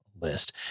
List